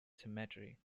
cemetery